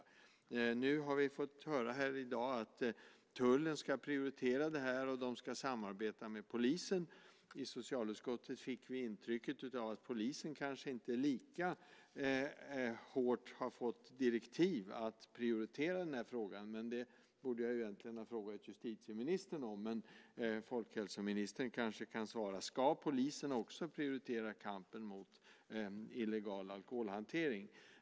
I dag har vi fått höra att tullen ska prioritera det här och de ska samarbeta med polisen. I socialutskottet fick vi intrycket att polisen kanske inte lika hårt har fått direktiv att prioritera den här frågan. Men det borde jag egentligen ha frågat justitieministern om. Men folkhälsoministern kanske kan svara. Ska polisen också prioritera kampen mot illegal alkoholhantering?